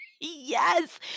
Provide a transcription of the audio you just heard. Yes